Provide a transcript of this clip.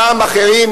פעם אחרים,